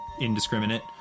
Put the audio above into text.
indiscriminate